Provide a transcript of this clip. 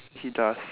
he does